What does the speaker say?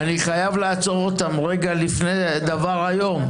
אני חייב לעצור אותם רגע לפני דבר איום.